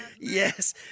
Yes